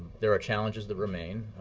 there are challenges that remain,